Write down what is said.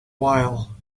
while